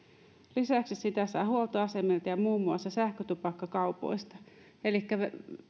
lisäksi sitä saa huoltoasemilta ja muun muassa sähkötupakkakaupoista elikkä